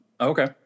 Okay